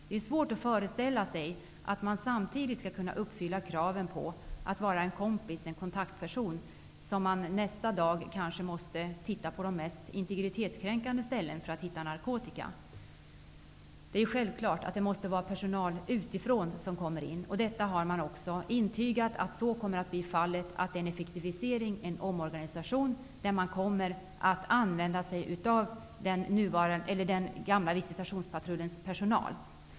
Det är svårt att föreställa sig att man skall kunna uppfylla de krav som kan ställas på en i egenskap av kompis samtidigt som man nästa dag som kontaktperson kanske måste göra de mest integritetskränkande undersökningar för att hitta narkotika. Självklart måste personal utifrån komma in. Det har också intygats att så kommer att bli fallet. Det blir en effektivisering och en omorganisation, och man kommer att använda sig av den gamla visitationspatrullens personal.